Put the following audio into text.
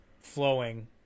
flowing